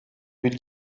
bir